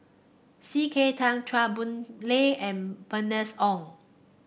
C K Tang Chua Boon Lay and Bernice Ong